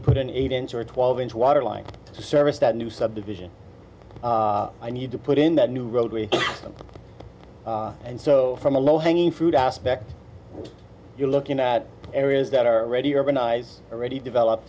to put an eight inch or twelve inch water line service that new subdivision i need to put in that new roadway and so from a low hanging fruit aspect you're looking at areas that are already urbanized already developed